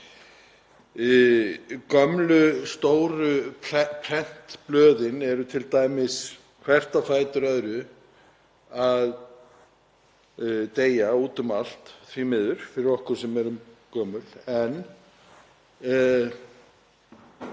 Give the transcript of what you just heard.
Gömlu stóru prentblöðin eru t.d. hvert á fætur öðru að deyja út um allt, því miður fyrir okkur sem erum gömul, en